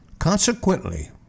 Consequently